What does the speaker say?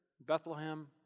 Bethlehem